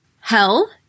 Hell